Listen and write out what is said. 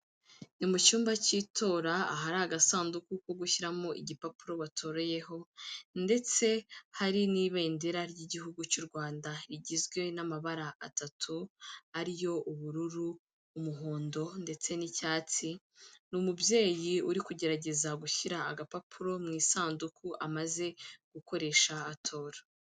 Ni mu cyumba cy'itora ahari agasanduku ko gushyiramo igipapuro watoreyeho ndetse hari n'ibendera ry'igihugu cy'u Rwanda, rigizwe n'amabara atatu ariyo ubururu, umuhondo ndetse n'icyatsi, ni umubyeyi uri kugerageza gushyira agapapuro mu isanduku amaze gukoresha atora.